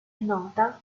nota